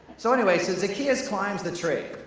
so anyway, so zacchaeus climbs the tree.